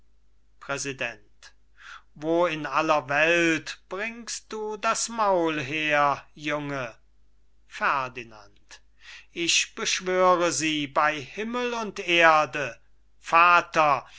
präsident wo in aller welt bringst du das maul her junge ferdinand ich beschwöre sie bei himmel und erde vater